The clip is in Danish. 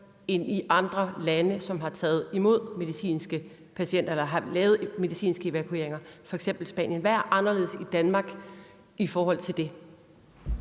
er i andre lande, som har taget imod medicinske patienter, som har lavet medicinske evalueringer, f.eks. Spanien? Hvad er anderledes i Danmark i forhold til det?